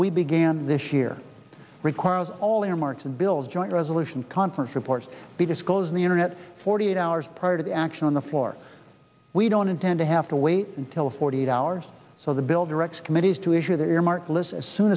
we began this year requires all earmarks and bills joint resolution conference reports be disclosed in the internet forty eight hours prior to the action on the floor we don't intend to have to wait until forty eight hours so the bill directs committees to issue the earmark list as soon